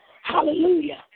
Hallelujah